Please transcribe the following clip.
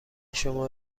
شما